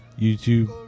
YouTube